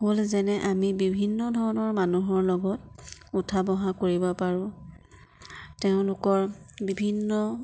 হ'ল যেনে আমি বিভিন্ন ধৰণৰ মানুহৰ লগত উঠা বহা কৰিব পাৰোঁ তেওঁলোকৰ বিভিন্ন